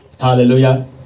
Hallelujah